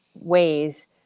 ways